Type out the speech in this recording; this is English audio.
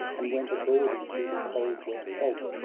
and went abroad into the cold wet fog.